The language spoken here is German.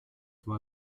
war